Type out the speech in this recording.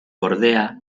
bordea